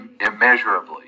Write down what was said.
Immeasurably